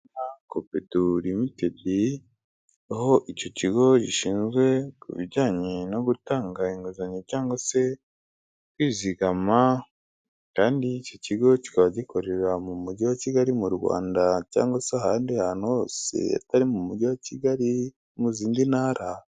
Kopedu limitedi, aho icyo kigo gishinzwe ku bijyanye no gutanga inguzanyo cyangwa se kwizigama, kandi icyo kigo kikaba gikorera mu mujyi wa kigali mu Rwanda, cyangwa se ahandi hantu hose atari mu mujyi wa kigali mu zindi ntara.